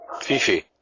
Fifi